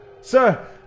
Sir